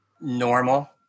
normal